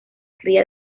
cría